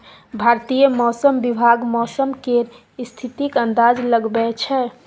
भारतीय मौसम विभाग मौसम केर स्थितिक अंदाज लगबै छै